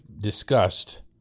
discussed